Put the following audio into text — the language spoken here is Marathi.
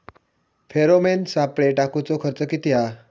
फेरोमेन सापळे टाकूचो खर्च किती हा?